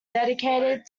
dedicated